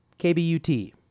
KBUT